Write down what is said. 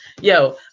Yo